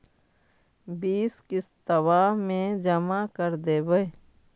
बिस किस्तवा मे जमा कर देवै?